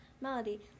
Melody